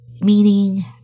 meaning